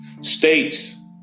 States